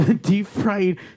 deep-fried